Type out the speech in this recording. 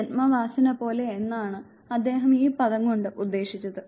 ജന്മവാസന പോലെ എന്നാണ് അദ്ദേഹം ഈ പദം കൊണ്ട് ഉദ്ദേശിച്ചത്